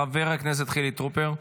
חבר הכנסת חילי טרופר,